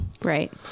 Right